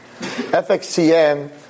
FXCM